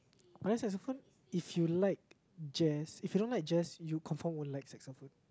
but then saxophone if you like jazz if you don't like jazz you confirm won't like saxophone